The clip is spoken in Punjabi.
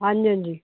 ਹਾਂਜੀ ਹਾਂਜੀ